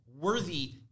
worthy